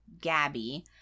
Gabby